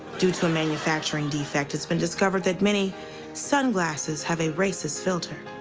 due to a manufacturing defect, it's been discovered that many sunglasses have a racist filter.